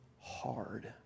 hard